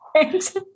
Thanks